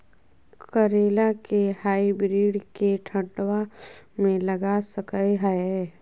करेला के हाइब्रिड के ठंडवा मे लगा सकय हैय?